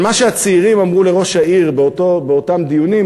אבל מה שהצעירים אמרו לראש העיר באותם דיונים,